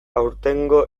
aurtengo